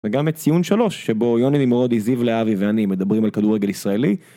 וגם את ציון 3 שבו יוני נמרודי זיו להבי ואני מדברים על כדורגל ישראלי.